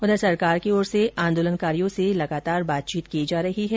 उधर सरकार की ओर से आदोलनकारियों से लगातार बातचीत की जा रही है